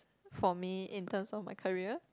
for me in terms of my career